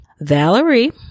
Valerie